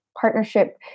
partnership